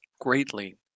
greatly